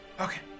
Okay